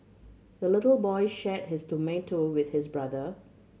the little boy shared his tomato with his brother